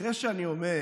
אחרי שאני אומר